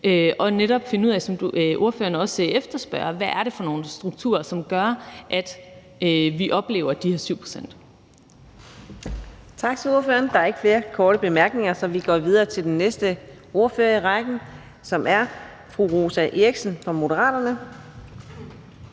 og netop finde ud af, som ordføreren også efterspørger, hvad det er for nogle strukturer, som gør, at vi oplever de her 7 pct.